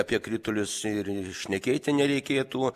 apie kritulius ir ir šnekėti nereikėtų